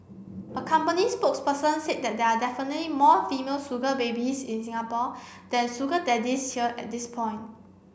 a company spokesperson said they there are definitely more female sugar babies in Singapore than sugar daddies here at this point